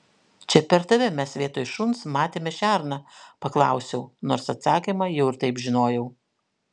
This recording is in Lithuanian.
čia per tave mes vietoj šuns matėme šerną paklausiau nors atsakymą jau ir taip žinojau